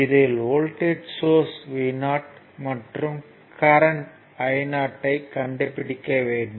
இதில் voltage Vo மற்றும் current I o ஐ கண்டுபிடிக்க வேண்டும்